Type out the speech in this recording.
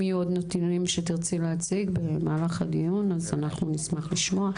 אם יהיו עוד נתונים שתרצי להציג במהלך הדיון אנחנו נשמח לשמוע.